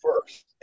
first